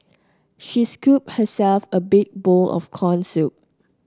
she scooped herself a big bowl of corn soup